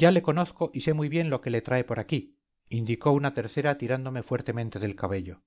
ya le conozco y sé muy bien lo que le trae por aquí indicó una tercera tirándome fuertemente del cabello